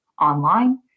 online